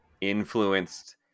influenced